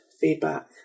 feedback